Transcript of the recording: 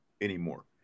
anymore